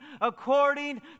according